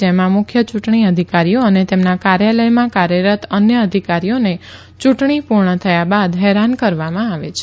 જેમાં મુખ્ય ચુંટણી અધિકારીઓ અને તેમના કાર્યાલયમાં કાર્યરત અન્ય અધિકારીઓને યુંટણી પુર્ણ થયા બાદ હેરાન કરવામાં આવે છે